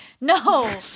No